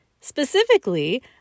Specifically